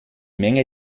menge